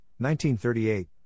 1938